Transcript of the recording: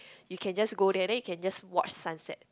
you can just go there then you can just watch sunset